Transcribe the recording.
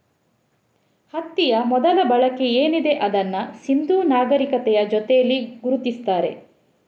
ಹತ್ತಿಯ ಮೊದಲ ಬಳಕೆ ಏನಿದೆ ಅದನ್ನ ಸಿಂಧೂ ನಾಗರೀಕತೆಯ ಜೊತೇಲಿ ಗುರುತಿಸ್ತಾರೆ